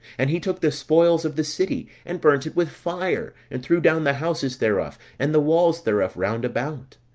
and he took the spoils of the city, and burnt it with fire, and threw down the houses thereof, and the walls thereof round about